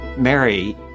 Mary